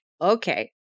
okay